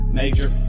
major